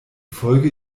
folge